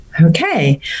Okay